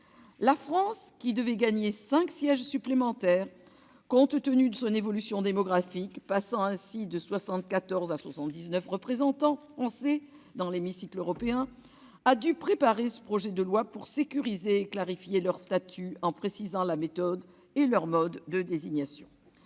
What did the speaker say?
La France, qui devait gagner cinq sièges supplémentaires, compte tenu de son évolution démographique, passant ainsi de 74 à 79 représentants, a dû préparer ce projet de loi pour sécuriser et clarifier leur statut en précisant la méthode et le mode de leur désignation.